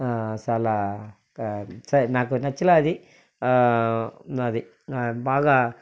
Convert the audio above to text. చాలా స నాకు నచ్చల అది అది బాగా